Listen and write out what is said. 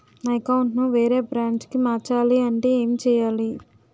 నా అకౌంట్ ను వేరే బ్రాంచ్ కి మార్చాలి అంటే ఎం చేయాలి?